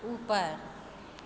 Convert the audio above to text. ऊपर